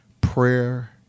prayer